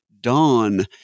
Dawn